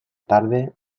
tarde